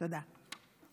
תודה.